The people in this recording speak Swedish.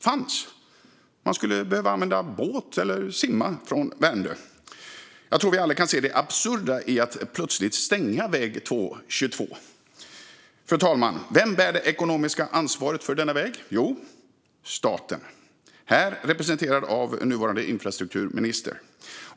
Man skulle behöva använda båt eller simma från Värmdö. Jag tror att vi alla kan se det absurda i att plötsligt stänga väg 222. Fru talman! Vem bär det ekonomiska ansvaret för denna väg? Jo, det är staten, här representerad av nuvarande infrastrukturminister.